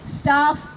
Staff